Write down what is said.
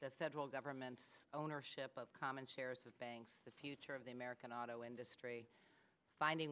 the federal government ownership of common shares of banks the future of the american auto industry finding